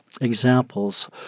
Examples